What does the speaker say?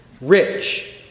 rich